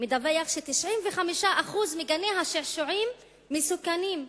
מדווח ש-95% מגני השעשועים מסוכנים.